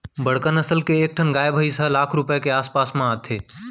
बड़का नसल के एक ठन गाय भईंस ह लाख रूपया के आस पास म आथे